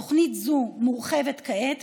תוכנית זו מורחבת כעת,